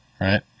right